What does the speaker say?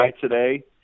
today